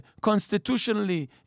constitutionally